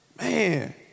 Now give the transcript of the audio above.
Man